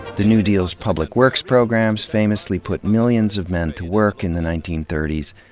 the new deal's public works programs famously put millions of men to work in the nineteen thirty s,